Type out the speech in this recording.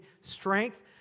strength